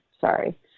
sorry